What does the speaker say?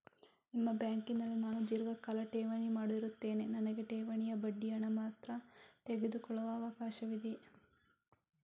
ನಿಮ್ಮ ಬ್ಯಾಂಕಿನಲ್ಲಿ ನಾನು ಧೀರ್ಘಕಾಲ ಠೇವಣಿ ಮಾಡಿರುತ್ತೇನೆ ನನಗೆ ಠೇವಣಿಯ ಬಡ್ಡಿ ಹಣ ಮಾತ್ರ ತೆಗೆದುಕೊಳ್ಳುವ ಅವಕಾಶವಿದೆಯೇ?